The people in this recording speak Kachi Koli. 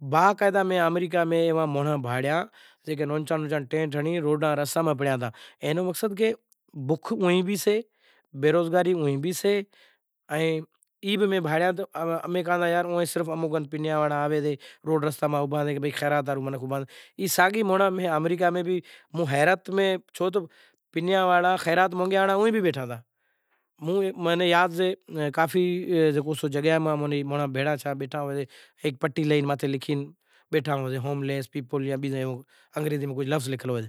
اقاعدہ میں آمریکا میں مانڑاں ناں بھانڑیاں جکو نانچا نانچا ٹینٹ ہنڑی روڈاں رستاں میں پڑیا ہتا اینو مقصد کہ اموں ای ساگی مانڑاں میں ہوں حیرت میں پڑی گیو پنیا وارا تو ہر جگہہ بیٹھا سیں، موں ڈیکھیو کہ ای مانڑو پٹی لئی بیٹھا اہیں۔ اوچی علاوہ جے غربت نی میں پہریں بھی وات کری سے وڑے